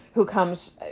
who comes,